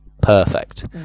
perfect